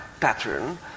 pattern